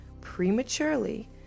prematurely